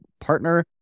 partner